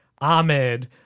Ahmed